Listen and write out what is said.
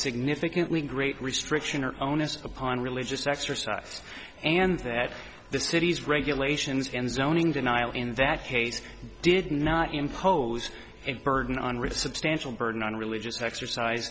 significantly great restriction or onus upon religious exercise and that the city's regulations and zoning denial in that case did not impose a burden on really substantial burden on religious exercise